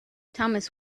thomas